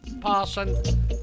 Parson